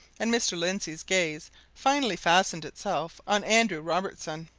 and mr. lindsey's gaze finally fastened itself on andrew robertson.